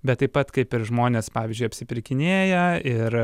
bet taip pat kaip ir žmonės pavyzdžiui apsipirkinėja ir